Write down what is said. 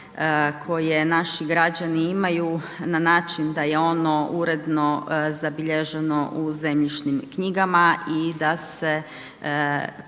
na način da je ono uredno zabilježeno u zemljišnim knjigama i da se kroz